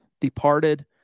departed